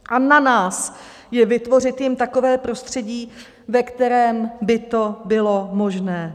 A na nás je vytvořit jim takové prostředí, ve kterém by to bylo možné.